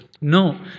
No